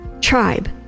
Tribe